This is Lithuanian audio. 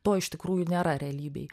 to iš tikrųjų nėra realybėj